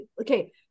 okay